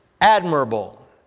admirable